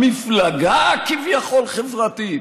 המפלגה הכביכול-חברתית,